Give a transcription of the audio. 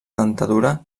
dentadura